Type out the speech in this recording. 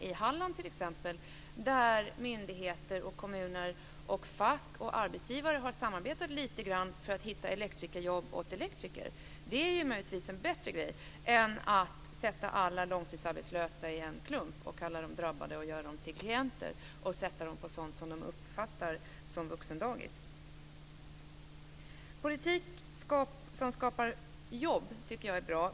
I Halland har t.ex. myndigheter, kommuner, fack och arbetsgivare samarbetat lite grann för att hitta elektrikerjobb åt elektriker. Det är möjligtvis en bättre grej än att sätta alla långtidsarbetslösa i en klump, kalla dem för drabbade, göra dem till klienter och sätta dem på sådant som de uppfattar som vuxendagis. Politik som skapar jobb tycker jag är bra.